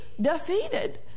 defeated